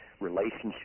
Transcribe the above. relationship